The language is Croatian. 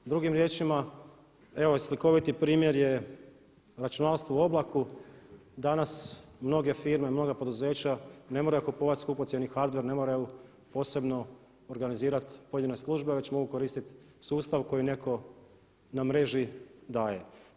Drugim riječima evo slikoviti primjer računalstvo u oblaku, danas mnoge firme, mnoga poduzeća ne moraju kupovati skupocjeni hardver ne moraju posebno organizirati pojedine službe, već mogu koristiti sustav koji neko na mreži daje.